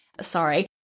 sorry